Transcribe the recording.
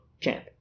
champ